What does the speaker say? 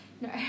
no